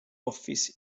office